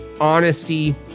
honesty